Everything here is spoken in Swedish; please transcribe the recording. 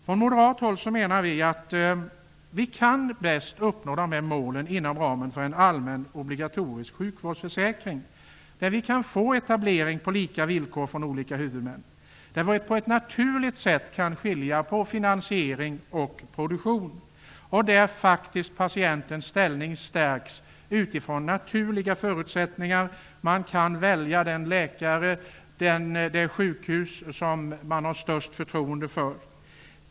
Från moderat håll menar vi att vi bäst kan uppnå dessa mål inom ramen för en allmän, obligatorisk sjukvårdsförsäkring. Vi kan då få etablering på lika villkor av olika huvudmän, vi kan på ett naturligt sätt skilja på finansiering och produktion, och patientens ställning stärks utifrån naturliga förutsättningar. Man kan välja den läkare och det sjukhus som man har störst förtroende för.